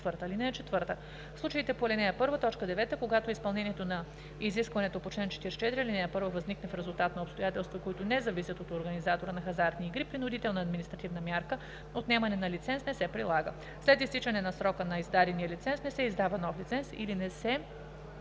4: „(4) В случаите по ал. 1, т. 9, когато неизпълнението на изискването по чл. 44, ал. 1 възникне в резултат на обстоятелства, които не зависят от организатора на хазартни игри принудителна административна мярка – отнемане на лиценз не се прилага. След изтичане на срока на издадения лиценз, не се издава нов лиценз или не се